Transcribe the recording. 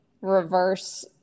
reverse